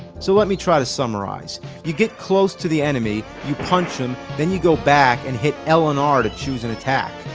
so let me try to summarize you get close to the enemy, you punch them, then you go back and hit l and r to choose an attack.